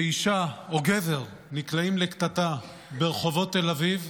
כשאישה או גבר נקלעים לקטטה ברחובות תל אביב